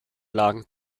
plagen